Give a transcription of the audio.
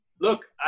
Look